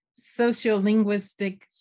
sociolinguistic